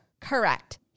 Correct